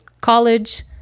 college